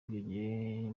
ubwigenge